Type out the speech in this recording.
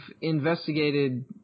investigated